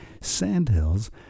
Sandhills